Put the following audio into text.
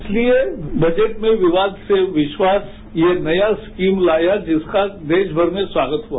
इसलिए बजट में विवाद से विश्वास ये नया स्कीम लाया जिसका देश भर में स्वागत हुआ